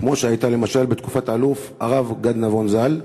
כמו שהייתה למשל בתקופת האלוף הרב גד נבון ז"ל?